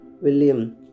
William